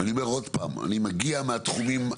אני אומר עוד פעם, אני מגיע מהתחומים הללו,